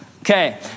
Okay